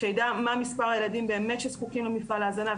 שידע באמת מה מספר הילדים שזקוקים באמת למפעל ההזנה,